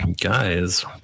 Guys